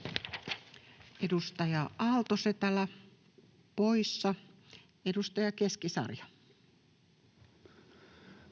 nuorten tulevaisuudesta Time: 19:08 Content: